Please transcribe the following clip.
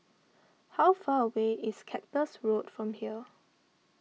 how far away is Cactus Road from here